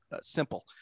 simple